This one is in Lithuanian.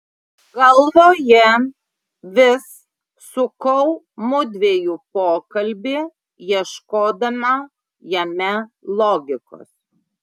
galvoje vis sukau mudviejų pokalbį ieškodama jame logikos